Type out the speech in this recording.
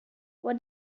what